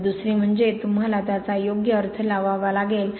आणि दुसरे म्हणजे तुम्हाला त्याचा योग्य अर्थ लावावा लागेल